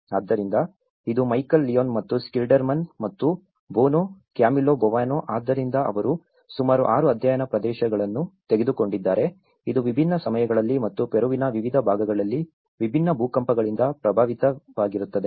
ಆದ್ದರಿಂದ ಇದು Michael Leon ಮತ್ತು ಸ್ಕಿಲ್ಡರ್ಮನ್ ಮತ್ತು ಬೋನೊ ಕ್ಯಾಮಿಲ್ಲೊ ಬೊವಾನೊ ಆದ್ದರಿಂದ ಅವರು ಸುಮಾರು 6 ಅಧ್ಯಯನ ಪ್ರದೇಶಗಳನ್ನು ತೆಗೆದುಕೊಂಡಿದ್ದಾರೆ ಇದು ವಿಭಿನ್ನ ಸಮಯಗಳಲ್ಲಿ ಮತ್ತು ಪೆರುವಿನ ವಿವಿಧ ಭಾಗಗಳಲ್ಲಿ ವಿಭಿನ್ನ ಭೂಕಂಪಗಳಿಂದ ಪ್ರಭಾವಿತವಾಗಿರುತ್ತದೆ